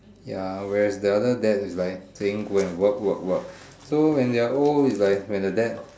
ya whereas the other dad is like playing go and work work work so when they're old is like when the dad